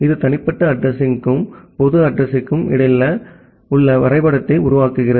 இது தனிப்பட்ட அட்ரஸிங்க்கும் பொது அட்ரஸிங்க்கும் இடையில் ஒரு வரைபடத்தை உருவாக்குகிறது